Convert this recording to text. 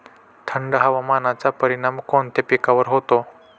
थंड हवामानाचा परिणाम कोणत्या पिकावर होतो?